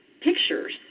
pictures